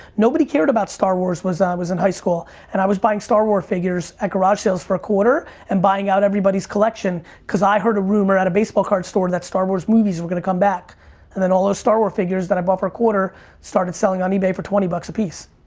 nobody cared about star wars when ah i was in high school and i was buying star wars figures at garage sales for a quarter and buying out everybody's collection cause i heard a rumor at a baseball card store that star wars movies were gonna come back and then all those star wars figures that i bought for a quarter started selling on ebay for twenty bucks a piece.